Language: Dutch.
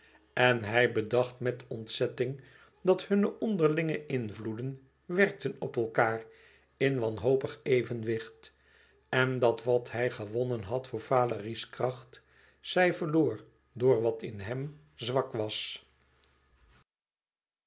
en hij bedacht met ontzetting dat hunne onderlinge invloeden werkten op elkaâr in wanhopig evenwicht en dat wat hij gewonnen had door valérie's kracht zij verloor door wat in hem zwak was